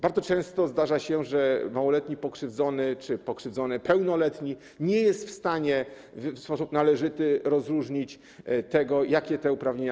Bardzo często zdarza się, że małoletni pokrzywdzony czy pokrzywdzony pełnoletni nie jest w stanie w sposób należyty rozróżnić tego, jakie posiada uprawnienia.